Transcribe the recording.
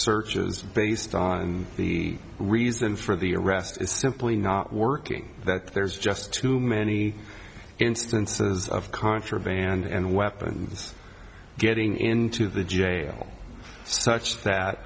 searches based on the reason for the arrest is simply not working that there's just too many instances of contraband and weapons getting into the jail such that